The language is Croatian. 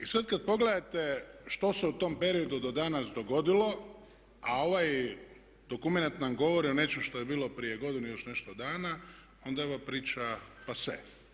I sad kad pogledate što se u tom periodu do danas dogodilo, a ovaj dokumenat nam govori o nečem što je bilo prije godinu i još nešto dana, onda je ova priča pase.